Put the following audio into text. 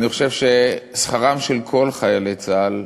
אני חושב ששכרם של כל חיילי צה"ל,